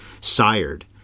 sired